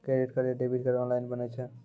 Credit card या debit card online बनै छै?